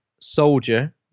Soldier